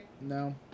No